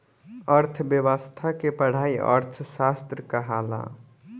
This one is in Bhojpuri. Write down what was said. अर्थ्व्यवस्था के पढ़ाई अर्थशास्त्र कहाला